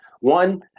One